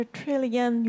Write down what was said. trillion